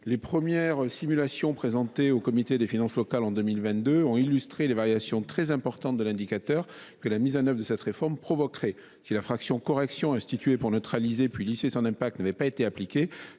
Les premières simulations présentées au Comité des finances locales (CFL) en 2022 ont illustré les variations très importantes de l’indicateur que la mise en œuvre de cette réforme provoquerait. Si la fraction de correction instituée pour neutraliser, puis lisser son impact, n’avait pas été appliquée,